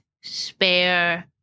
spare